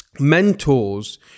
mentors